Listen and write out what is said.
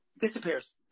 disappears